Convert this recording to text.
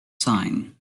sign